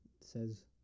says